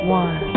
one